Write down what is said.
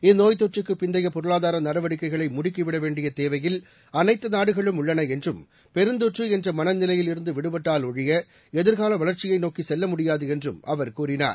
இந்நோய்த் தொற்றுக்கு பிந்தைய பொருளாதார நடவடிக்கைகளை முடுக்கி விட வேண்டிய தேவையில் அனைத்து நாடுகளும் உள்ளன என்றும் பெருந்தொற்று என்ற மனநிலையில் இருந்து விடுபட்டால் ஒழிய எதிர்கால வளர்ச்சியை நோக்கி செல்ல முடியாது என்று அவர் கூறினார்